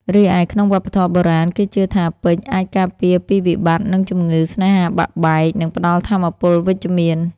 រីឯក្នុងវប្បធម៌បុរាណ គេជឿថាពេជ្រអាចការពារពីវិបត្តិ និងជម្ងឺ ស្នេហាបាក់បែក និងផ្តល់ថាមពលវិជ្ជមាន។